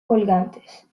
colgantes